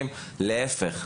להיפך.